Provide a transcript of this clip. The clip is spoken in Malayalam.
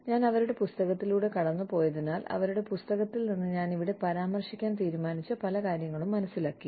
ഞാൻ അവരുടെ പുസ്തകത്തിലൂടെ കടന്നുപോയതിനാൽ അവരുടെ പുസ്തകത്തിൽ നിന്ന് ഞാൻ ഇവിടെ പരാമർശിക്കാൻ തീരുമാനിച്ച പല കാര്യങ്ങളും മനസ്സിലാക്കി